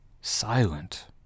silent